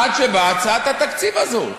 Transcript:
עד שבאה הצעת התקציב הזאת.